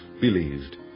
believed